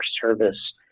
service